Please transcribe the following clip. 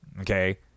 okay